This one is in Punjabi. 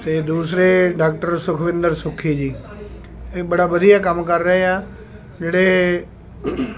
ਅਤੇ ਦੂਸਰੇ ਡਾਕਟਰ ਸੁਖਵਿੰਦਰ ਸੁੱਖੀ ਜੀ ਇਹ ਬੜਾ ਵਧੀਆ ਕੰਮ ਕਰ ਰਹੇ ਆ ਜਿਹੜੇ